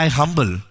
humble